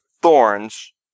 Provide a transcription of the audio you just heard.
thorns